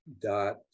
dot